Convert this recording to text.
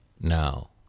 now